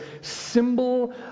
symbol